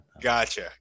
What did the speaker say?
gotcha